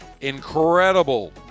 incredible